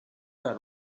that